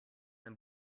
ein